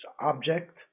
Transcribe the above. object